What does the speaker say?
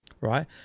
right